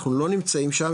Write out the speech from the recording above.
אנחנו לא נמצאים שם,